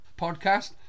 Podcast